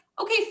okay